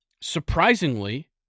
surprisingly